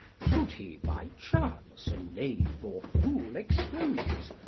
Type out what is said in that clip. should he by chance a knave or fool expose,